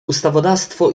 ustawodawstwo